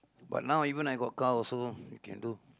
but now even I got car also I can do